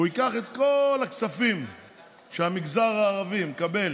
הוא ייקח את כל הכספים שהמגזר הערבי מקבל